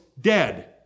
dead